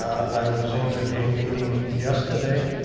i was in a meeting yesterday,